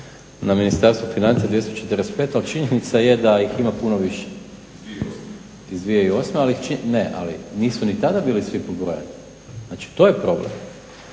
na Ministarstvu financija 245, ali činjenica je da ih ima puno više iz 2008., ali nisu ni tada bili svi pobrojani. Znači, to je problem.